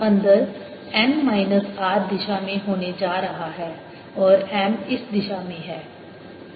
अंदर n minus r दिशा में होने जा रहा है और M इस दिशा में है